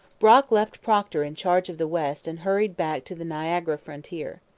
brock left procter in charge of the west and hurried back to the niagara frontier.